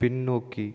பின்னோக்கி